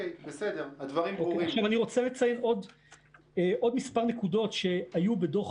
אני רוצה לציין עוד מספר נקודות שהיו בדוח